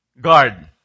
guard